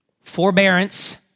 forbearance